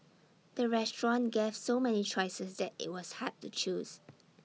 the restaurant gave so many choices that IT was hard to choose